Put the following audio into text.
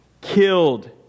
killed